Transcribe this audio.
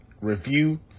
review